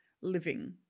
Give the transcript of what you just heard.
living